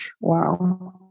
wow